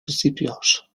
principios